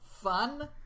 fun